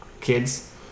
kids